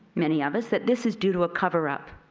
many of us that this is due to a cover up.